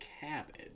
cabbage